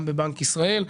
עם בנק ישראל,